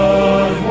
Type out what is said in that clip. God